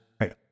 right